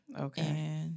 Okay